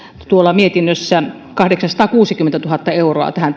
tuolla mietinnössä kahdeksansataakuusikymmentätuhatta euroa tähän